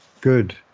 good